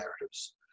narratives